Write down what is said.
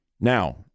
Now